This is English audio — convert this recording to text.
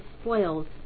spoils